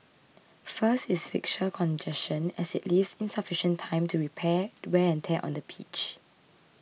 first is fixture congestion as it leaves insufficient time to repair the wear and tear on the pitch